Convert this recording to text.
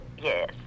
Yes